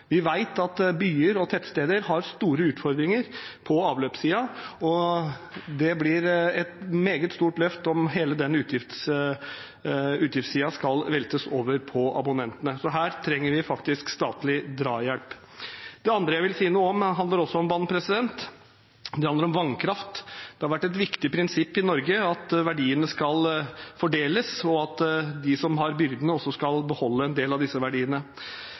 Vi vet at byer og tettsteder har store utfordringer når det gjelder avløp, og det blir et meget stort løft om hele den utgiftssiden skal veltes over på abonnentene. Så her trenger vi faktisk statlig drahjelp. Det andre jeg vil si noe om, handler også om vann. Det handler om vannkraft. Det har vært et viktig prinsipp i Norge at verdiene skal fordeles, og at de som har byrdene, også skal beholde en del av disse verdiene.